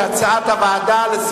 כהצעת הוועדה?